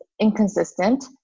Inconsistent